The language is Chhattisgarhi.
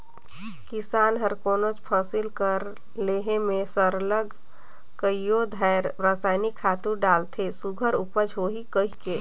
किसान हर कोनोच फसिल कर लेहे में सरलग कइयो धाएर रसइनिक खातू डालथे सुग्घर उपज होही कहिके